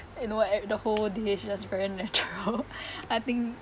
you know what uh the whole day is just very natural I think